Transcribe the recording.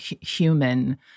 human